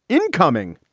incoming.